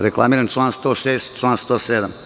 Reklamiram član 106. i član 107.